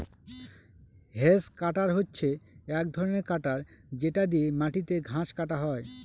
hedge cutter হচ্ছে এক ধরনের কাটার যেটা দিয়ে মাটিতে ঘাস কাটা হয়